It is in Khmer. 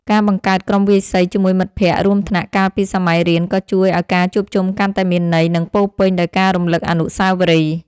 ការបង្កើតក្រុមវាយសីជាមួយមិត្តភក្តិរួមថ្នាក់កាលពីសម័យរៀនក៏ជួយឱ្យការជួបជុំកាន់តែមានន័យ និងពោរពេញដោយការរំលឹកអនុស្សាវរីយ៍។